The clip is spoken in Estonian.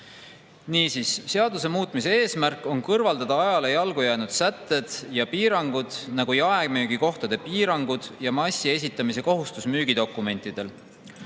Niisiis, seaduse muutmise eesmärk on kõrvaldada ajale jalgu jäänud sätted ja piirangud, nagu jaemüügikohtade piirangud ja massi esitamise kohustus müügidokumentidel.